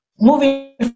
moving